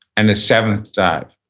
and the seventh dive.